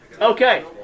Okay